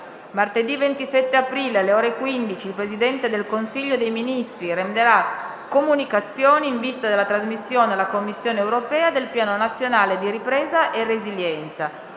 Martedì 27 aprile, alle ore 15, il Presidente del Consiglio dei ministri renderà comunicazioni in vista della trasmissione alla Commissione europea del Piano nazionale di ripresa e resilienza.